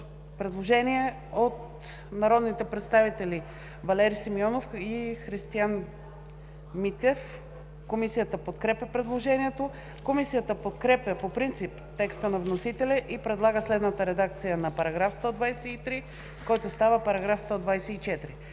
Предложение от народните представители Валери Симеонов и Христиан Митев. Комисията подкрепя предложението. Комисията подкрепя по принцип текста на вносителя и предлага следната редакция на § 123, който става § 124: